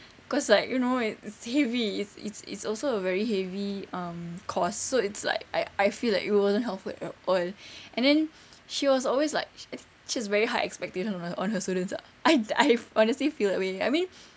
cause like you know it's it's heavy it's it's it's also a very heavy um course so it's like I I feel like it wasn't helpful at all and then she was always like she's very high expectations on her students ah I I honestly feel that way I mean